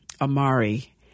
Amari